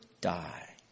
die